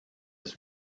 his